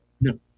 No